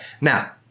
now